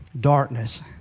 Darkness